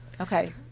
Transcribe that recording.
Okay